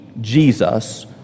Jesus